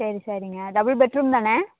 சரி சரிங்க double bedroom தானே